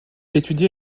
étudie